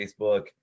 facebook